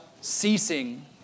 ceasing